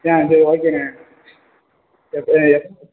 ஆ சரி ஓகேண்ணே எ எத்தனை